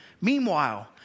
Meanwhile